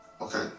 Okay